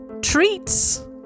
treats